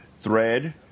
thread